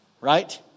Right